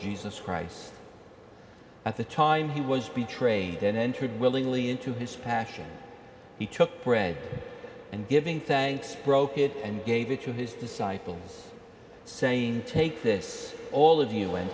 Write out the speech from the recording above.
jesus christ at the time he was betrayed and entered willingly into his fashion he took bread and giving thanks broke it and gave it to his disciples saying take this all of you and